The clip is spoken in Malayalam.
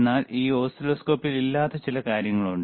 എന്നാൽ ഈ ഓസിലോസ്കോപ്പിൽ ഇല്ലാത്ത ചില കാര്യങ്ങളുണ്ട്